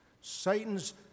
Satan's